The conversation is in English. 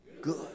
good